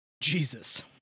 Jesus